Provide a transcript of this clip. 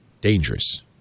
dangerous